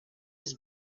his